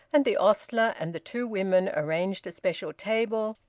and the ostler and the two women arranged a special table,